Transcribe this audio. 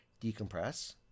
decompress